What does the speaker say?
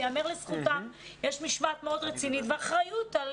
ייאמר לזכותם שיש משמעת מאוד רצינית ואחריות על